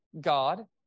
God